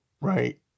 right